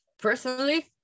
personally